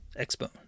expo